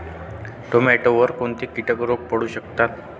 टोमॅटोवर कोणते किटक रोग पडू शकतात?